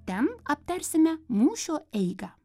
ten aptarsime mūšio eigą